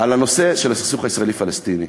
בנושא הסכסוך הישראלי פלסטיני.